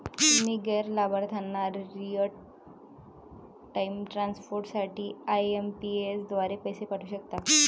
तुम्ही गैर लाभार्थ्यांना रिअल टाइम ट्रान्सफर साठी आई.एम.पी.एस द्वारे पैसे पाठवू शकता